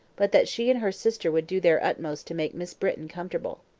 but that she and her sister would do their utmost to make miss britton comfortable.